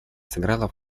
сыграла